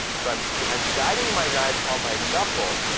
so i'm i'm guiding my knife on my knuckles.